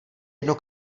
jedno